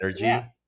energy